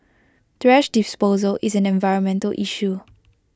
thrash disposal is an environmental issue